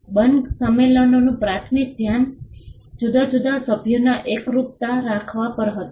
burn સંમેલનોનું પ્રાથમિક ધ્યાન જુદા જુદા સભ્યોમાં એકરૂપતા રાખવા પર હતું